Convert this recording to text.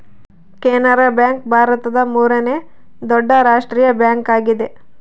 Canara bank ಭಾರತದ ಮೂರನೇ ದೊಡ್ಡ ರಾಷ್ಟ್ರೀಯ ಬ್ಯಾಂಕ್ ಆಗಿದೆ